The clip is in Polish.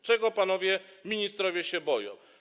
Czego panowie ministrowie się boją?